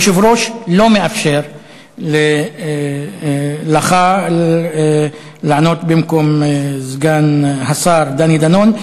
היושב-ראש לא מאפשר לך לענות במקום סגן השר דני דנון,